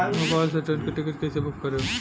Mobile से train के ticket कैसे बूक करेम?